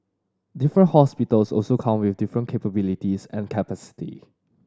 different hospitals also come with different capabilities and capacity